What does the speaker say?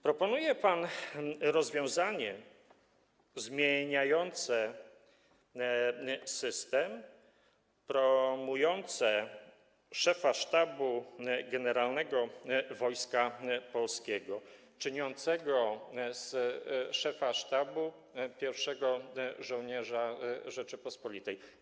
Proponuje pan rozwiązanie zmieniające system, promujące szefa Sztabu Generalnego Wojska Polskiego, czyniące z szefa sztabu pierwszego żołnierza Rzeczypospolitej.